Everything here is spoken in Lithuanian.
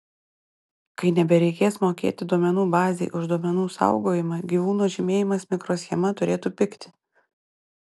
kai nebereikės mokėti duomenų bazei už duomenų saugojimą gyvūno žymėjimas mikroschema turėtų pigti